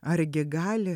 argi gali